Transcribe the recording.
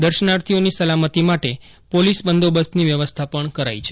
દર્શનાર્થીઓની સલામતી માટે પોલીસ બંદોબસ્તની વ્યવસ્થા કરાઈ છે